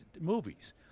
movies